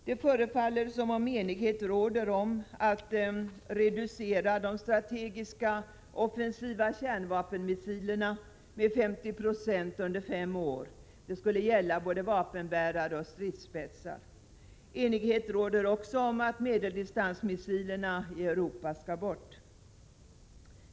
Det förefaller som om enighet råder om att reducera antalet strategiska offensiva kärnvapenmissiler med 50 96 under fem år. Det skulle gälla både vapenbärare och stridsspetsar. Enighet råder också om att medeldistansmissilerna i Europa skall bort.